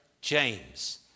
James